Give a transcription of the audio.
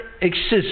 exists